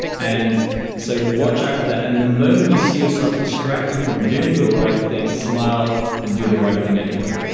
and so watch out for that. and the moment you see yourself distracting from doing the right thing, smile and do the right thing anyway.